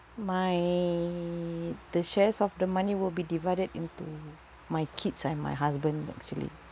my the shares of the money will be divided into my kids and my husband actually